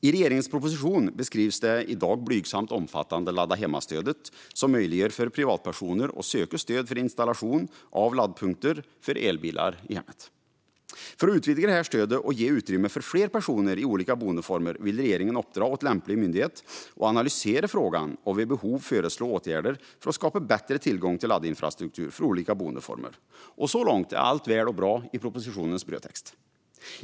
I regeringens proposition beskrivs det i dag blygsamt omfattande ladda hemma-stödet, som möjliggör för privatpersoner att söka stöd för installation av laddpunkter för elbilar vid hemmet. För att utvidga det här stödet och ge utrymme för fler personer i olika boendeformer vill regeringen uppdra åt lämplig myndighet att analysera frågan och vid behov föreslå åtgärder för att skapa bättre tillgång till laddinfrastruktur för olika boendeformer. Så långt är allt väl och bra i propositionens brödtext.